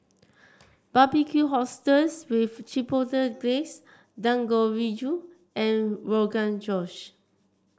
Barbecued Oysters with Chipotle Glaze Dangojiru and Rogan Josh